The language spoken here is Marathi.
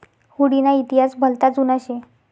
हुडी ना इतिहास भलता जुना शे